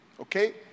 Okay